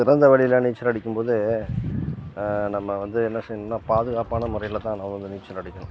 திறந்தவெளியில நீச்சல் அடிக்கும்போது நம்ம வந்து என்ன செய்யணும்னால் பாதுகாப்பான முறையில் தான் நான் வந்து நீச்சல் அடிக்கணும்